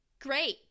great